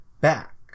back